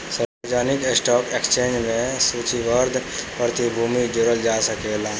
सार्वजानिक stock exchange में सूचीबद्ध प्रतिभूति जोड़ल जा सकेला